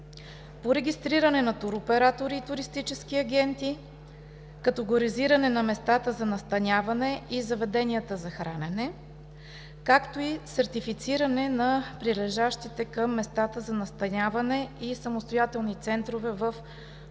по регистриране на туроператори и туристически агенти, категоризиране на местата за настаняване и заведенията за хранене, както и сертифициране на прилежащите към местата за настаняване и самостоятелни центрове в курортна